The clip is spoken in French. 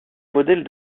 modèle